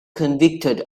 convicted